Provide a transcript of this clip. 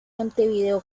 montevideo